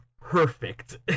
perfect